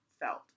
felt